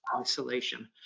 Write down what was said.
isolation